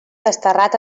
desterrat